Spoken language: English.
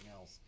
else